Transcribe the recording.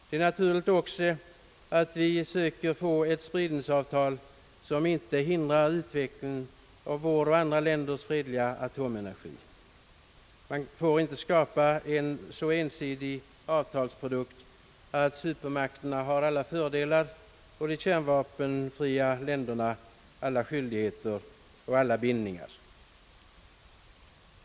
Det är också naturligt att vi söker få ett icke-spridningsavtal som inte hindrar utvecklingen av vår och andra länders fredliga atomenergi. Man får inte skapa en så ensidig avtalsprodukt att supermakterna får alla fördelar och de kärnvapenfria makterna alla skyldigheter och bindningar.